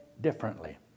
differently